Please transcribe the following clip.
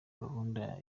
gahunda